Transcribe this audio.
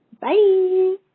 Bye